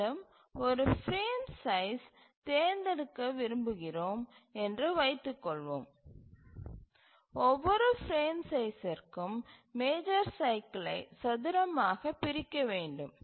மேலும் ஒரு frame size தேர்ந்தெடுக்க விரும்புகிறோம் என்று வைத்துக்கொள்வோம் ஒவ்வொரு பிரேம் சைஸ்சிற்கும் மேஜர் சைக்கிலை சதுரமாக பிரிக்க வேண்டும்